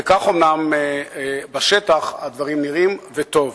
וכך אומנם הדברים נראים בשטח, וטוב.